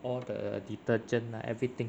all the detergent lah everything